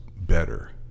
better